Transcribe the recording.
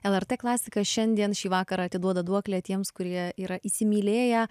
lrt klasika šiandien šį vakarą atiduoda duoklę tiems kurie yra įsimylėję